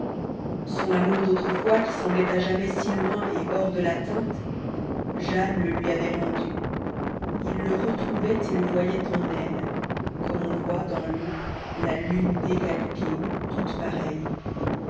son amour d'autrefois qui semblait à jamais si loin et hors de l'atteinte jane le lui avait rendu il le retrouvait et le voyait en elle comme on voit dans l'eau la lune décalquée toute pareille